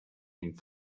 dem